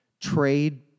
trade